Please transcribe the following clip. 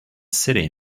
city